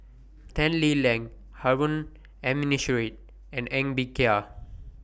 Tan Lee Leng Harun Aminurrashid and Ng Bee Kia